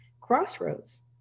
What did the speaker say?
crossroads